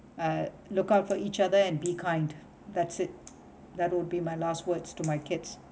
and look out for each other and be kind that's it that will be my last words to my kids